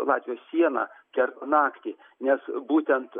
latvijos sieną per naktį nes būtent